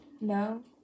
No